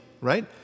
right